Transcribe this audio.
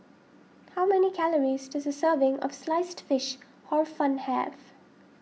how many calories does a serving of Sliced Fish Hor Fun have